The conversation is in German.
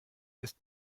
ist